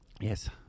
Yes